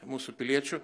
mūsų piliečių